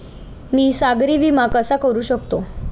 मी सागरी विमा कसा करू शकतो?